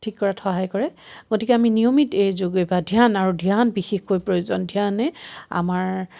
ঠিক কৰাত সহায় কৰে গতিকে আমি নিয়মিত এই যোগ অভ্যাস ধ্যান আৰু ধ্যান বিশেষকৈ প্ৰয়োজন ধ্যানে আমাৰ